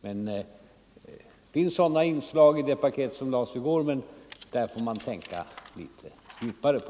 Det finns sådana inslag i det paket som lades fram i går, men där får man tänka litet djupare.